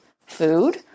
food